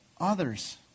others